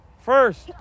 First